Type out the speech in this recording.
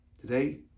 Today